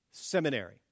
seminary